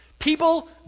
People